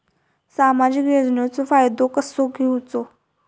सामाजिक योजनांचो फायदो कसो घेवचो?